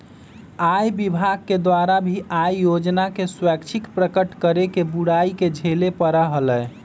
आय विभाग के द्वारा भी आय योजना के स्वैच्छिक प्रकट करे के बुराई के झेले पड़ा हलय